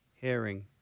Herring